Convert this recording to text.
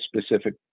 specific